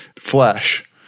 flesh